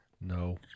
No